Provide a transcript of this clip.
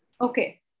Okay